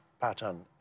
pattern